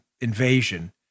invasion